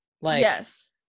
Yes